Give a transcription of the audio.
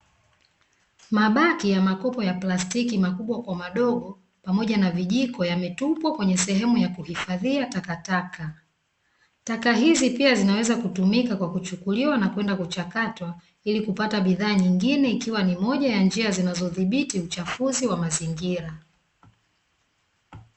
Mabaki ya makopo ya plastiki makubwa kwa madogo pamoja na vijiko yametupwa kwenye sehemu ya kuhifadhia takataka. Taka hizi pia zinaweza kutumika kwa kuchukuliwa na kwenda kuchakatwa ili kupata bidhaa nyingine ikiwa ni moja ya njia zinazodhibiti uchafuzi wa mazingira.